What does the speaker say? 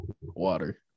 water